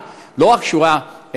לא רק שהוא היה מודח